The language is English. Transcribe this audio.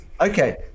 Okay